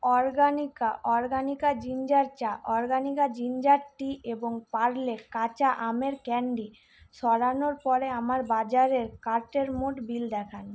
Organica Organica ginger চা Organica ginger tea এবং পার্লে কাঁচা আমের ক্যান্ডি সরানোর পরে আমার বাজারের কার্টের মোট বিল দেখান